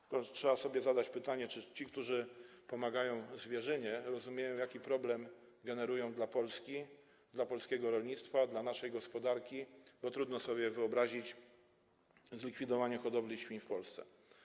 Trzeba sobie zadać pytanie, czy ci, którzy pomagają zwierzynie, rozumieją, jaki problem generują dla Polski, dla polskiego rolnictwa, dla naszej gospodarki, bo trudno sobie wyobrazić zlikwidowanie hodowli świń w Polsce.